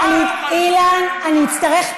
על הדוכן לשקר.